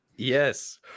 Yes